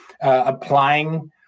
applying